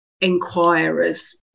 inquirers